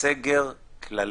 סגר כללי.